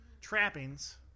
trappings